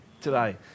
today